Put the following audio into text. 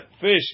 fish